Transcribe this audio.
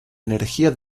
energía